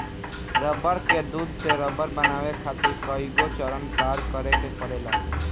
रबड़ के दूध से रबड़ बनावे खातिर कईगो चरण पार करे के पड़ेला